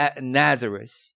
Nazareth